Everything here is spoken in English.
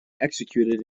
executed